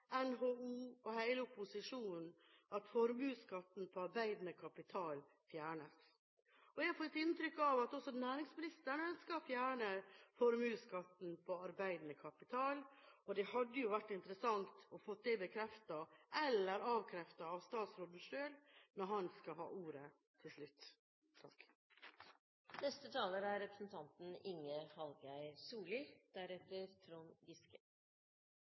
NHO og hele opposisjonen, at formuesskatten på arbeidende kapital fjernes. Jeg har fått inntrykk av at også næringsministeren ønsker å fjerne formuesskatten på arbeidende kapital. Det hadde jo vært interessant å få det bekreftet eller avkreftet av statsråden selv når han skal ha ordet til slutt. Venstre deler forslagsstillernes syn på at det er